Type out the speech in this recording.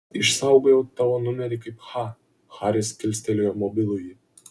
išsaugojau tavo numerį kaip h haris kilstelėjo mobilųjį